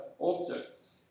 objects